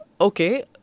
okay